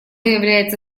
является